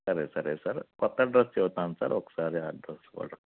సరే సరే సార్ కొత్త అడ్రస్ చెప్తాను సార్ ఒకసారి అడ్రస్ కూడా